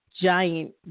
giant